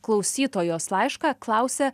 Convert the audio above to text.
klausytojos laišką klausia